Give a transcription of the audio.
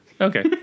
okay